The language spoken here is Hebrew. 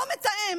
אותו מתאם